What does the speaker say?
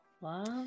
Love